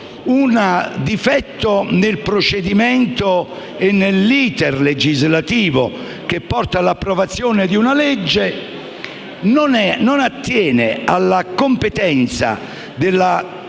un difetto nel procedimento e nell'*iter* legislativo che porta all'approvazione di una legge, non attiene alla competenza della Corte